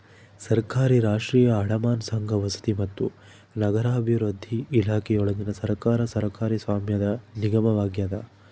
ಸರ್ಕಾರಿ ರಾಷ್ಟ್ರೀಯ ಅಡಮಾನ ಸಂಘ ವಸತಿ ಮತ್ತು ನಗರಾಭಿವೃದ್ಧಿ ಇಲಾಖೆಯೊಳಗಿನ ಸರ್ಕಾರದ ಸರ್ಕಾರಿ ಸ್ವಾಮ್ಯದ ನಿಗಮವಾಗ್ಯದ